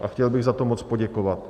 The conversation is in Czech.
A chtěl bych za to moc poděkovat.